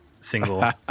single